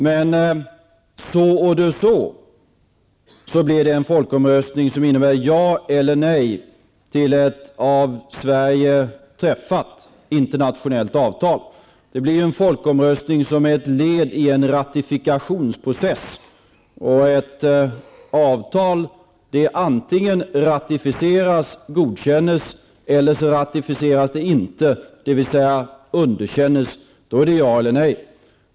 Men so oder so blir det en folkomröstning som innebär ja eller nej till ett av Folkomröstningen blir ett led i en ratifikationsprocess. Ett avtal antingen ratificeras, dvs. godkänns, eller ratificeras inte, dvs. underkänns. Det handlar om ja eller nej.